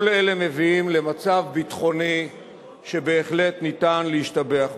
כל אלה מביאים למצב ביטחוני שבהחלט אפשר להשתבח בו.